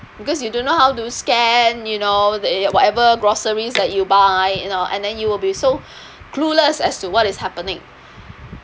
because you don't know how to scan you know the whatever groceries that you buy you know and then you will be so clueless as to what is happening